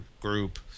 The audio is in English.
group